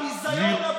אתה ביזיון לבית הזה.